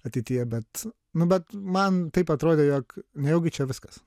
ateityje bet nu bet man taip atrodė jog nejaugi čia viskas